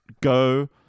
go